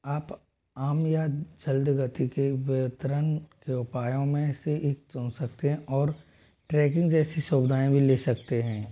आप आम या जल्द गति के वितरण के उपायों में से एक चुन सकते हैं और ट्रैकिंग जैसी सुविधाएँ भी ले सकते हैं